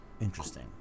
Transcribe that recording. interesting